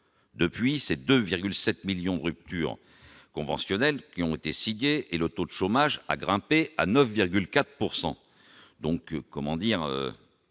depuis ces 2,7 millions ruptures conventionnelles qui ont été signés et le taux d'chômage a grimpé à 9,4